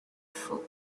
faut